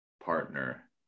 partner